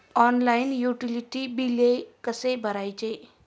Online utility बिले कसे भरायचे?